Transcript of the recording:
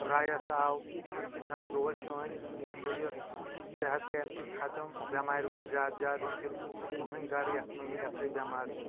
رَیِس آو امہِ سۭتۍ حظ گوٚو اسہِ سٲنۍ یہِ ہسا یہِ صحت گٔیے امہِ سۭتۍ ختٕم بٮ۪مارِ وژھٕ زیادٕ زیادٕ ؤنکیٚن چھُ نہٕ سُہ کٔہیٖنۍ گرٕ یتھ منٛز نہٕ یہِ ہسا یہِ بٮ۪مار چھُ